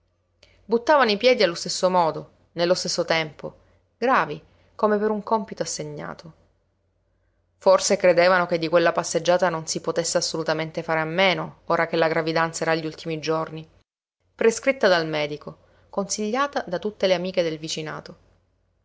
buttavano i piedi allo stesso modo nello stesso tempo gravi come per un cómpito assegnato forse credevano che di quella passeggiata non si potesse assolutamente fare a meno ora che la gravidanza era agli ultimi giorni prescritta dal medico consigliata da tutte le amiche del vicinato